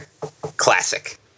classic